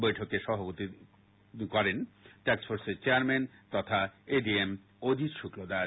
বৈঠকে সভাপতি ছিলেন টাস্কফোর্সের চেয়ারম্যান তথা এডিএম অজিত শুক্লদাস